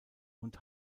und